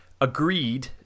agreed